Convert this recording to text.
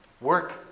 Work